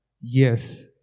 yes